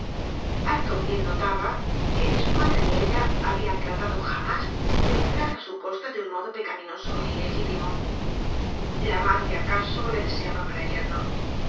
harto bien notaba que ni su madre ni ella habían tratado jamás de medrar á su costa de un modo pecaminoso é ilegítimo la madre acaso le deseaba para yerno